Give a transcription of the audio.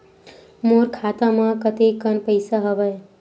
मोर खाता म कतेकन पईसा हवय?